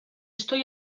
estoy